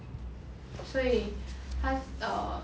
所以他 err